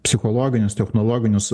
psichologinius technologinius